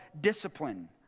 discipline